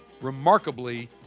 remarkably